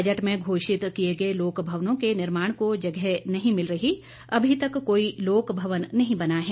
budget में घोषित किए गए लोकभवनों के निर्माण को जगह नहीं मिल रही अभी तक कोई लोक भवन नहीं बना है